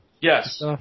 Yes